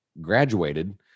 graduated